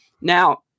Now